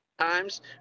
times